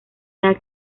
edad